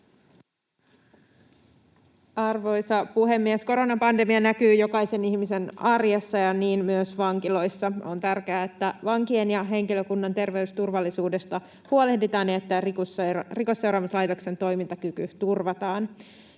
Arvoisa puhemies! Koronapandemia näkyy jokaisen ihmisen arjessa ja niin myös vankiloissa. On tärkeää, että vankien ja henkilökunnan terveysturvallisuudesta huolehditaan ja että Rikosseuraamuslaitoksen toimintakyky turvataan.